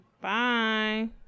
bye